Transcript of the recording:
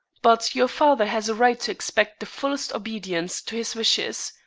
but your father has a right to expect the fullest obedience to his wishes,